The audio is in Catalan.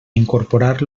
incorporar